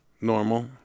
normal